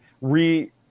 re